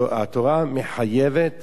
התורה מחייבת